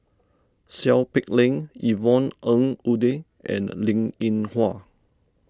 Seow Peck Leng Yvonne Ng Uhde and Linn in Hua